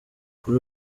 kuri